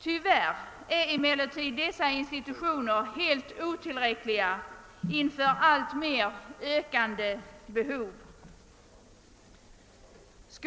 Tyvärr är emellertid dessa institutioner helt otillräckliga inför det alltmer ökande behovet.